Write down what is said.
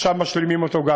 ועכשיו משלימים גם אותו.